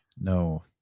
No